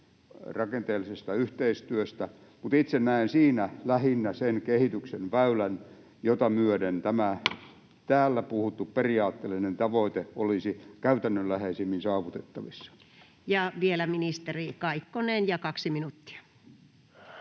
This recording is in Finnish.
rakenteellisesta yhteistyöstä, mutta itse näen siinä lähinnä sen kehityksen väylän, jota myöden tämä täällä puhuttu periaatteellinen tavoite olisi käytännönläheisimmin saavutettavissa. [Speech 206] Speaker: Anu